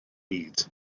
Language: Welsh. bryd